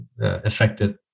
affected